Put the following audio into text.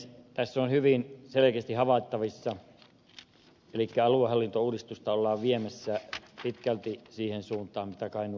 tässä on hyvin selkeästi havaittavissa että aluehallintouudistusta ollaan viemässä pitkälti siihen suuntaan mitä kainuun hallintokokeilu tällä hetkellä on